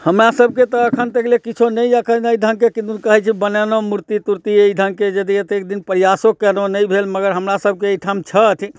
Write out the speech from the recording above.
हमरासबके तऽ एखन तकले किछु नहि अइ एखन एहि ढङ्गके किदन कहै छै बनेलहुँ मूर्ति तूर्ति एहि ढङ्गके यदि एतेक दिन प्रयासो केलहुँ नहि भेल मगर हमरासबके एहिठाम छथि